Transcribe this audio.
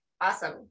awesome